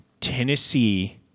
Tennessee